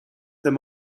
them